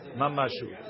mamashu